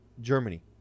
Germany